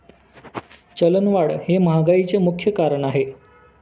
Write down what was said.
चलनवाढ हे महागाईचे मुख्य कारण आहे